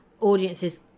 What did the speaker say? audiences